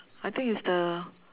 I think it's the